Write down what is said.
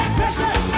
pressure